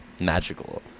magical